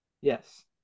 Yes